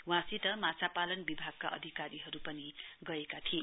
वहाँसित माछापालन विभागका अधिकारीहरू पनि गएका थिए